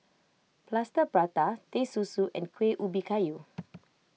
Plaster Prata Teh Susu and Kueh Ubi Kayu